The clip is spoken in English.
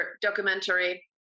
documentary